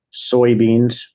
soybeans